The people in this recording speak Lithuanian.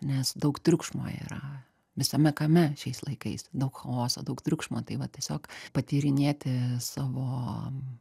nes daug triukšmo yra visame kame šiais laikais daug chaoso daug triukšmo tai va tiesiog patyrinėti savo